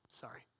sorry